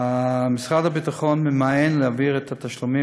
משרד הביטחון ממאן להעביר את התשלומים